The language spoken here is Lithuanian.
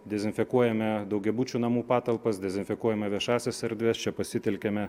dezinfekuojame daugiabučių namų patalpas dezinfekuojame viešąsias erdves čia pasitelkiame